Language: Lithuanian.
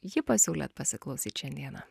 jį pasiūlėt pasiklausyt šiandieną